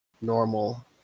normal